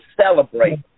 celebrate